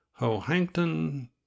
Hohankton